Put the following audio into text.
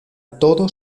todos